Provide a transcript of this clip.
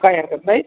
काही हरकत नाही